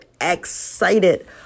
excited